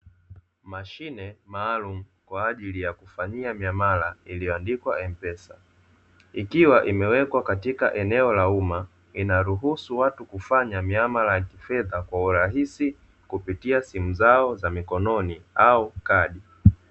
Mashine maalumu kwa ajili ya kufanyia miamala iliyoandikwa "M-PESA", ikiwa imewekwa katika eneo la umma inaruhusu watu kufanya miamala kwa urahisi kupitia simu zao za mkononi au kadi.